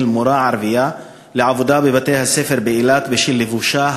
מורה ערבייה לעבודה בבתי-הספר באילת בשל לבושה,